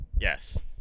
Yes